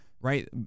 Right